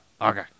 Okay